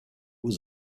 was